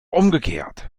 umgekehrt